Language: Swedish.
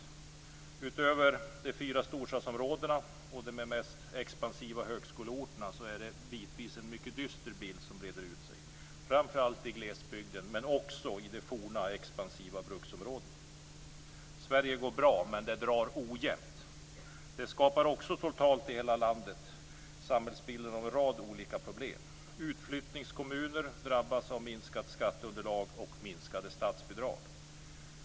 Utöver de fyra storstadsområdena och de mest expansiva högskoleorterna är det bitvis en mycket dyster bild som breder ut sig, framför allt i glesbygden men också i de forna expansiva bruksområdena. Sverige går bra, men det drar ojämnt. Det skapar också totalt i hela landet samhällsbilden av en rad olika problem. Utflyttningskommuner drabbas av minskat skatteunderlag och minskade statsbidrag.